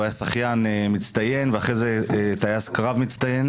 הוא היה שחיין מצטיין ואחרי זה טייס קרב מצטיין